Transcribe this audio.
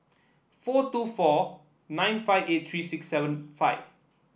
four two four nine five eight three six seven five